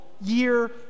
year